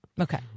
Okay